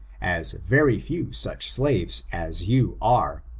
as very few such slaves as you are.